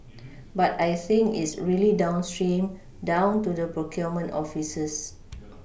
but I think it's really downstream down to the procurement offices